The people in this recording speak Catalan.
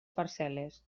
parcel·les